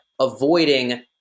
avoiding